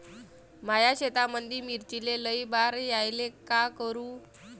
माया शेतामंदी मिर्चीले लई बार यायले का करू?